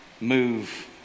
move